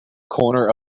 corner